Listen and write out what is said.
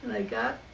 i got